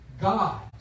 God